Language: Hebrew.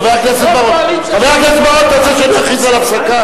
חבר הכנסת בר-און, אתה רוצה שאני אכריז על הפסקה?